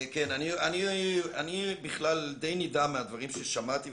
אני בכלל די נדהם מהדברים ששמעתי,